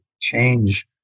change